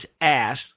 ass